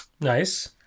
Nice